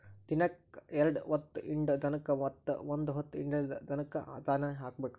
ದಿನಕ್ಕ ಎರ್ಡ್ ಹೊತ್ತ ಹಿಂಡು ದನಕ್ಕ ಮತ್ತ ಒಂದ ಹೊತ್ತ ಹಿಂಡಲಿದ ದನಕ್ಕ ದಾನಿ ಹಾಕಬೇಕ